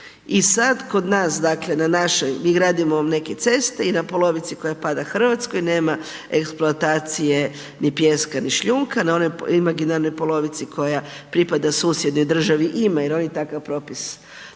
i sad kod nas, dakle, na našoj, mi gradimo neke ceste i na polovici koja pada Hrvatskoj nema eksploatacije ni pijeska, ni šljunka, na onoj imaginarnoj polovici koja pripada susjednoj državi ima jer oni takav propis nemaju,